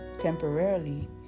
temporarily